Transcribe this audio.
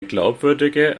glaubwürdige